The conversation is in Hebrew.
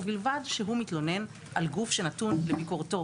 ובלבד שהוא מתלונן על גוף שנתון לביקורתו